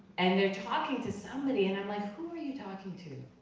and they're talking to somebody and i'm like, who are you talking to?